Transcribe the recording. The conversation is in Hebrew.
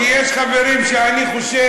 כי יש חברים שאני חושד,